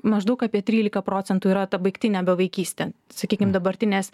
maždaug apie trylika procentų yra ta baigtinė bevaikystė sakykim dabartinės